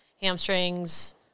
hamstrings